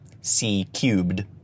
C-Cubed